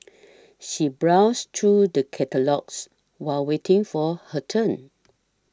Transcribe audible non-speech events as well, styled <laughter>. <noise> she browsed through the catalogues while waiting for her turn